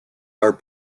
are